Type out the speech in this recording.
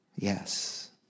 Yes